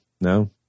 no